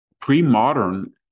pre-modern